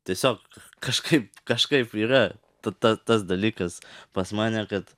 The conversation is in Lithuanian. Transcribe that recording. tiesiog kažkaip kažkaip yra ta ta tas dalykas pas mane kad